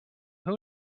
who